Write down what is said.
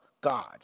God